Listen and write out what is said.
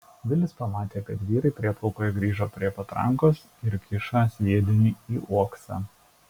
vilis pamatė kad vyrai prieplaukoje grįžo prie patrankos ir kiša sviedinį į uoksą